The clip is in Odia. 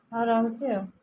ହଉ ରହୁଛି ଆଉ